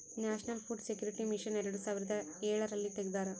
national food security mission ಎರಡು ಸಾವಿರದ ಎಳರಲ್ಲಿ ತೆಗ್ದಾರ